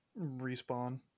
respawn